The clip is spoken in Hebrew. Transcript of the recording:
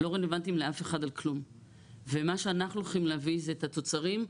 לא רלוונטיים לאף אחד על כלום ומה שאנחנו הולכים להביא זה את התוצרים,